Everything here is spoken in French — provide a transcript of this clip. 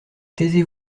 taisez